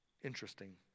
Interesting